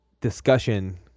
discussion